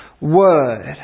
Word